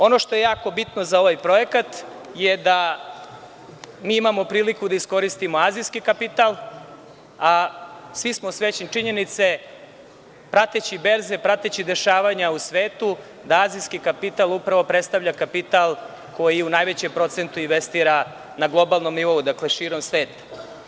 Ono što je jako bitno za ovaj projekat je da mi imamo priliku da iskoristimo azijski kapital, a svi smo svesni činjenice, prateći berze, prateći dešavanja u svetu, da azijski kapital upravo predstavlja kapital koji u najvećem procentu investira na globalnom nivou, dakle, širom sveta.